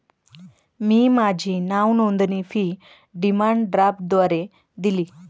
मी माझी नावनोंदणी fee demand ड्राफ्टद्वारे दिली